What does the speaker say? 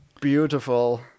beautiful